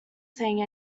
saying